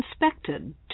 inspected